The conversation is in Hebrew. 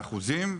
באחוזים?